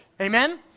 Amen